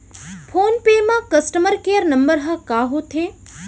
Phone पे म customer care number ह का होथे?